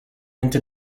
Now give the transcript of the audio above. into